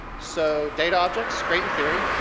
so, data objects, great in theory.